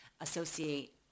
associate